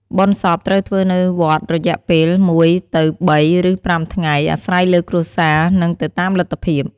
បុណ្យសពត្រូវធ្វើនៅវត្តរយៈពេល ១ - ៣ ឬ៥ថ្ងៃ អាស្រ័យលើគ្រួសារនិងទៅតាមលទ្ធភាព។